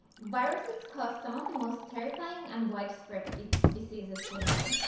viruses cause some of the most terrifying and widespread diseases we know.